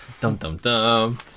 dum-dum-dum